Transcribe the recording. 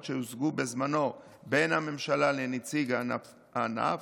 שהושגו בזמנו בין הממשלה לנציג הענף,